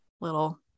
little